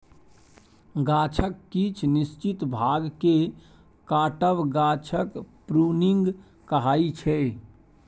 गाछक किछ निश्चित भाग केँ काटब गाछक प्रुनिंग कहाइ छै